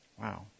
Wow